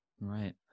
right